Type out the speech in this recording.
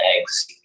eggs